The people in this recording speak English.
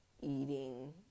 eating